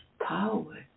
power